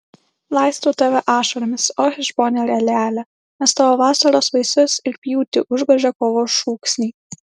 laistau tave ašaromis o hešbone ir eleale nes tavo vasaros vaisius ir pjūtį užgožė kovos šūksniai